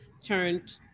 turned